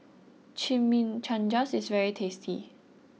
Chimichangas is very tasty